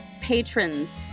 patrons